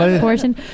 portion